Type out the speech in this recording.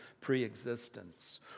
pre-existence